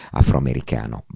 afroamericano